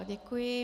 Děkuji.